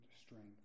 strength